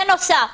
בנוסף